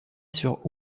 sur